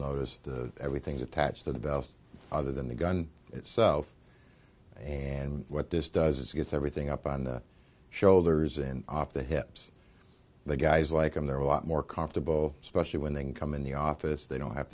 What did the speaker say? notice the everything's attached to the belts other than the gun itself and what this does is it gets everything up on the shoulders and off the hips the guys like i'm there a lot more comfortable especially when they come in the office they don't have